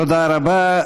תודה רבה.